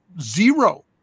zero